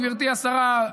גברתי השרה,